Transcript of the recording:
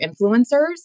influencers